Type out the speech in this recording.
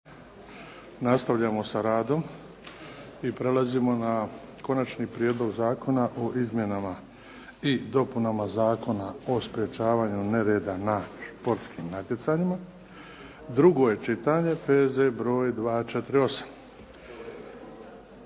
Nastavljamo sa radom i prelazimo na - Konačni prijedlog zakona o izmjenama i dopunama Zakona o sprječavanju nereda na športskim natjecanjima, drugo čitanje, P.Z. br. 248